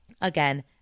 again